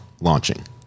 launching